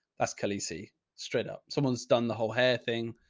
that's khaleesi straight up someone's done the whole hair thing.